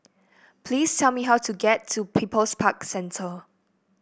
please tell me how to get to People's Park Centre